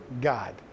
God